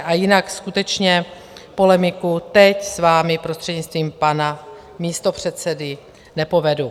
A jinak skutečně polemiku teď s vámi prostřednictvím pana místopředsedy nepovedu.